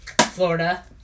Florida